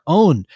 own